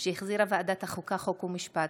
שהחזירה ועדת החוקה, חוק ומשפט.